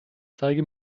zeige